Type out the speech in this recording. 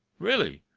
really,